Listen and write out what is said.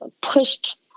pushed